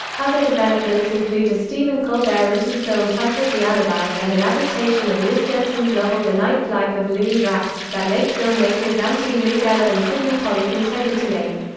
other developments include a stephen colbert-written film titled the alibi, and an adaptation of liz jensen's novel the ninth life of louis drax, that late filmmakers anthony minghella and sydney pollack intended to make.